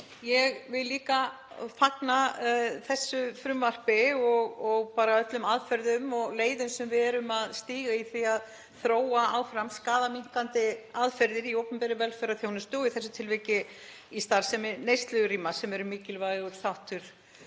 Ég vil líka fagna þessu frumvarpi og bara öllum aðferðum og leiðinni sem við erum að stíga í því að þróa áfram skaðaminnkandi aðferðir í opinberri velferðarþjónustu og í þessu tilviki í starfsemi neyslurýma sem eru mikilvægur þáttur